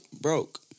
broke